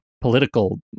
political